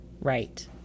right